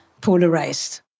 polarized